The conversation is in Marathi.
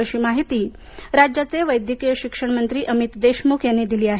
अशी माहिती राज्याचे वैद्यकीय शिक्षण मंत्री अमित देशमुख यांनी दिली आहे